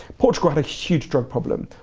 portugal had a huge drug problem.